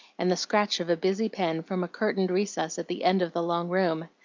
and the scratch of a busy pen from a curtained recess at the end of the long room.